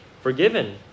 forgiven